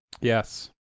yes